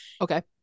Okay